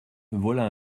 voilà